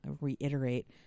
reiterate